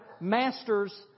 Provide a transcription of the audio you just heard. masters